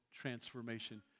transformation